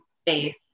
space